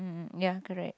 mm ya correct